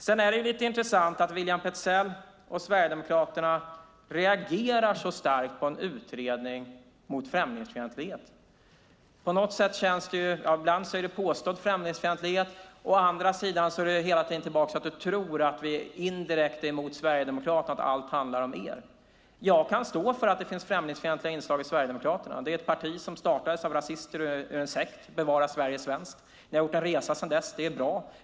Sedan är det lite intressant att William Petzäll och Sverigedemokraterna reagerar så starkt på en utredning mot främlingsfientlighet. Å ena sidan är det påstådd främlingsfientlighet, å andra sidan kommer du hela tiden tillbaka till att du tror att vi indirekt är emot Sverigedemokraterna, att allt handlar om er. Jag kan stå för att det finns främlingsfientliga inslag i Sverigedemokraterna. Det är ett parti som startats av rasister ur en sekt, Bevara Sverige svenskt. Ni har gjort en resa sedan dess. Det är bra.